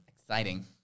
Exciting